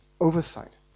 oversight